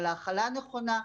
על האכלה נכונה.